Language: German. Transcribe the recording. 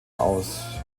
aus